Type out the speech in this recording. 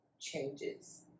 changes